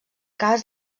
cas